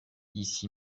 ici